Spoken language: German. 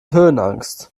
höhenangst